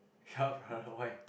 ya bruh why